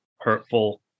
hurtful